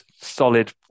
solid